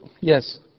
Yes